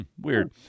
Weird